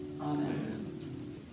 Amen